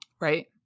Right